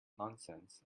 nonsense